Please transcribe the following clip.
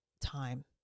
time